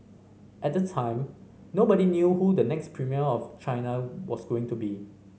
at the time nobody knew who the next premier of China was going to be